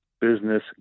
business